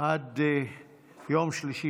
עד יום שלישי,